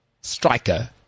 striker